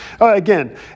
Again